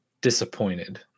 disappointed